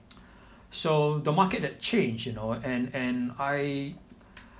so the market that changed you know and and I